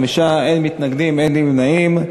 25 בעד, אין מתנגדים, אין נמנעים.